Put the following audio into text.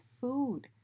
food